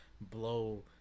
blow